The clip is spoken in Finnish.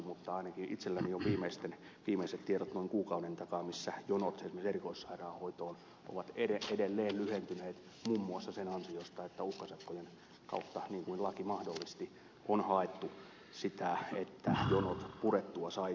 mutta ainakin itselläni on viimeiset tiedot noin kuukauden takaa joiden mukaan jonot esimerkiksi erikoissairaanhoitoon ovat edelleen lyhentyneet muun muassa sen ansiosta että uhkasakkojen kautta niin kuin laki mahdollisti on haettu sitä että jonot saataisiin purettua